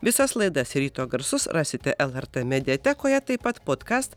visas laidas ryto garsus rasite lrt mediatekoje taip pat podkast